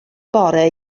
bore